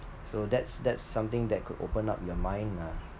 so that's that's something that could open up your mind lah